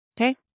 Okay